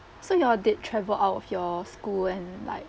so you all did travel out of your school and like